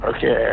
Okay